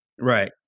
Right